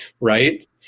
right